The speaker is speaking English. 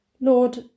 Lord